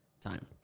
time